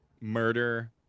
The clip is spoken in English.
murder